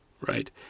Right